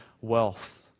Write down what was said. wealth